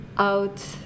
out